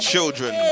children